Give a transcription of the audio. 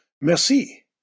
merci